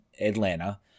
Atlanta